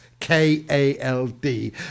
K-A-L-D